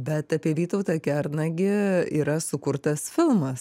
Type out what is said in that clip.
bet apie vytautą kernagį yra sukurtas filmas